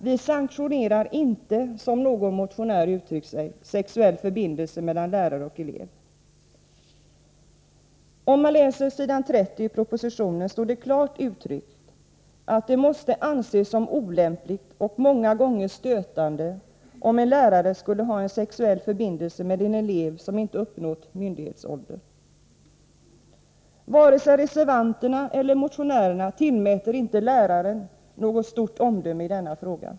Vi sanktionerar inte — som någon motionär uttryckt sig — sexuell förbindelse mellan lärare och elev. Om man läser s. 30i propositionen, finner man att det står klart uttryckt att det måste anses som olämpligt och många gånger stötande om en lärare skulle ha en sexuell förbindelse med en elev som inte uppnått myndighetsålder. Varken reservanterna eller motionärerna tillmäter läraren något omdöme i denna fråga.